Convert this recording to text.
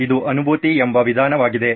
ಇದು ಅನುಭೂತಿ ಎಂಬ ವಿಧಾನವಾಗಿದೆ